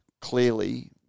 clearly